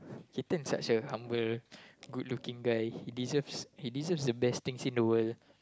such a humble good looking guy he deserves he deserve the best things in the world